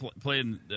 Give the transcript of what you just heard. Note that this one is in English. playing